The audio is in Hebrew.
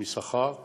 משכר עולות,